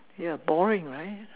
ya boring right